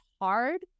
hard